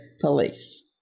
police